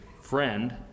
friend